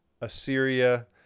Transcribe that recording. Assyria